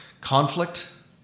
Conflict